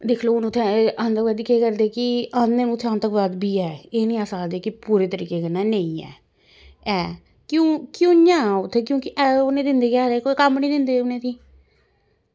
दिक्खी लैओ हून उत्थें आंतकवादी केह् करदे कि आंदे उत्थें आंतकवाद बी ऐ एह् निं अस आखदे कि पूरे तरीके कन्नै नेईं ऐ ऐ क्यों क्यों निं ऐ उत्थें क्योंकि उत्थें ओह् निं दिंदे केह् आखदे कम्म निं दिंदे उ'नें गी भी